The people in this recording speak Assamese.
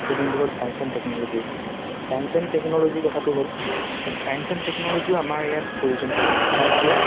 এতিয়া যোনটো হ'ল science and technology science and technology কথাটো হ'ল কাৰণ চায়েন্স এণ্ড টেকনলজিও আমাৰ ইয়াত প্ৰয়োজনীয়তা আছে কাৰণ কিয়